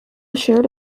shared